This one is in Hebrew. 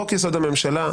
חוק-יסוד: הממשלה,